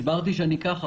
הסברתי שאני חי כך,